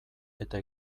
eta